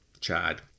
Chad